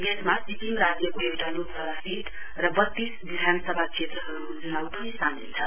यसमा सिक्किम राज्यको एउटा लोकसभा सीट र बत्तीस विधानसभा क्षेत्रहरुको चुनाउ पनि सामेल छ